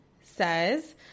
says